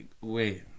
Wait